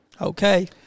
Okay